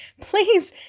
please